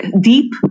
deep